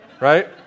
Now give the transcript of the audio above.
right